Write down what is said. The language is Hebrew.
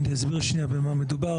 אני אסביר במה מדובר.